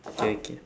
okay okay